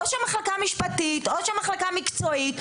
או שהמחלקה המשפטית או שהמחלקה המקצועית,